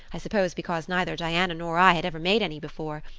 i suppose because neither diana nor i had ever made any before.